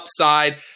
upside